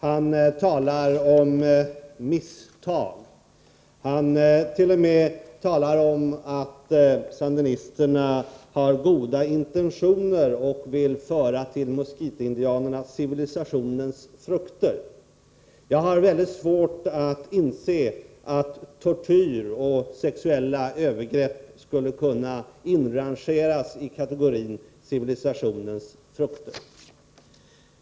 Han talar om heter att tillverka THX misstag. Han säger t.o.m. att sandinisterna har goda intentioner och att de vill föra civilisationens frukter till miskitoindianerna. Jag har emellertid mycket svårt att inse att tortyr och sexuella övergrepp skulle kunna inrangeras i kategorin civilisationens frukter.